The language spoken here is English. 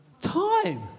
Time